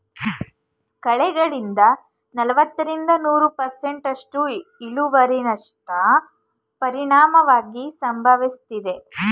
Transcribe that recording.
ಕಳೆಗಳಿಂದ ನಲವತ್ತರಿಂದ ನೂರು ಪರ್ಸೆಂಟ್ನಸ್ಟು ಇಳುವರಿನಷ್ಟ ಪರಿಣಾಮವಾಗಿ ಸಂಭವಿಸ್ತದೆ